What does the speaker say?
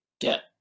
get